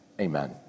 Amen